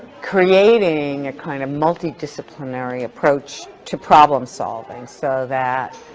creating a kind of multi-disciplinary approach to problem solving, so that